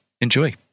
enjoy